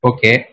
Okay